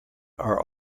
are